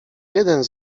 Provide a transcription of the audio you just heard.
jeden